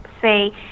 say